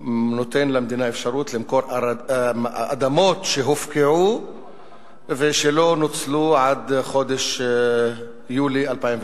שנותן למדינה אפשרות למכור אדמות שהופקעו ולא נוצלו עד חודש יולי 2009,